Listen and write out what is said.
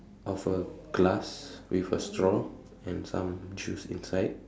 of a glass with a straw and some juice inside